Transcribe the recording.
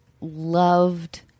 loved